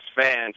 fans